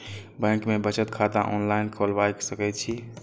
Bank में बचत खाता ऑनलाईन खोलबाए सके छी?